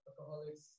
alcoholics